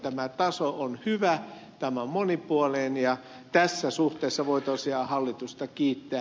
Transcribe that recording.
tämä taso on hyvä tämä on monipuolinen ja tässä suhteessa voi tosiaan hallitusta kiittää